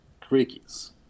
Crickets